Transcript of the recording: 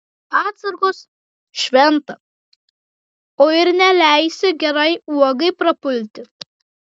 atsargos šventa o ir neleisi gerai uogai prapulti